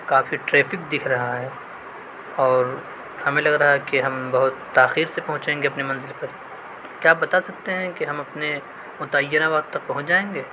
کافی traffic دکھ رہا ہے اور ہمیں لگ رہا ہے کہ ہم بہت تاخیر سے پہنچیں گے اپنی منزل پہ کیا آپ بتا سکتے ہیں کہ ہم اپنے متعینہ وقت تک پہنچ جائیں گے